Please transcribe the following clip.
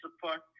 support